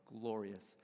glorious